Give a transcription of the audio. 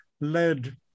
led